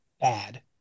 bad